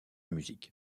musique